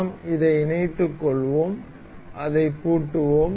நாம் அதை இணைத்துக்கொள்வோம் அதை பூட்டுவோம்